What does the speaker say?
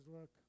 Look